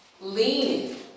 leaning